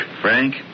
Frank